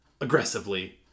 Aggressively